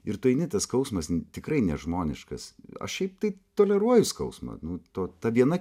ir tu eini tas skausmas tikrai nežmoniškas aš šiaip tai toleruoju skausmą nu to ta viena